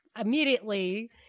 immediately